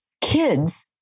kids